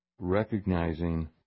recognizing